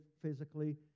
physically